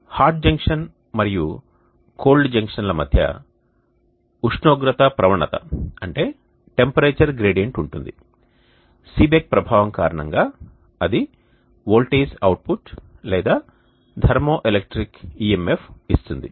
hot junction మరియు cold junction మధ్య ఉష్ణోగ్రత ప్రవణత ఉంటుంది సీబెక్ ప్రభావం కారణంగా అది వోల్టేజ్ అవుట్పుట్ లేదా థర్మో ఎలక్ట్రిక్ EMF ఇస్తుంది